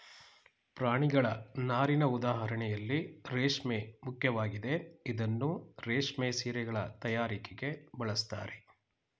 ಪ್ರಾಣಿಗಳ ನಾರಿನ ಉದಾಹರಣೆಯಲ್ಲಿ ರೇಷ್ಮೆ ಮುಖ್ಯವಾಗಿದೆ ಇದನ್ನೂ ರೇಷ್ಮೆ ಸೀರೆಗಳ ತಯಾರಿಕೆಗೆ ಬಳಸ್ತಾರೆ